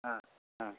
ஆ ஆ